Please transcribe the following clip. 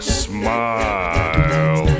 smile